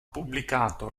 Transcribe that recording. pubblicato